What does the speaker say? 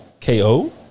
KO